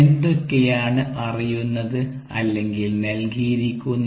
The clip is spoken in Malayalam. എന്തൊകെയാണ് അറിയുന്നത് അല്ലെങ്കിൽ നൽകിയിരിക്കുന്നത്